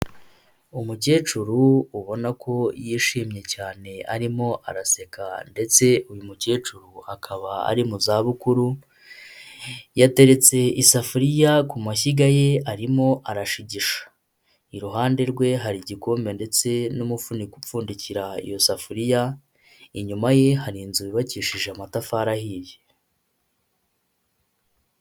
Umukecuru ubona ko yishimye cyane arimo araseka ndetse uyu mukecuru akaba ari mu zabukuru, yateretse isafuriya ku mashyiga ye arimo arashigisha, iruhande rwe hari igikombe ndetse n'umufuniko upfundikira iyo safuriya, inyuma ye hari inzu yubakishije amatafari ahiye.